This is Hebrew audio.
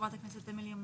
חברת הכנסת אמילי מואטי.